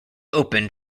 opened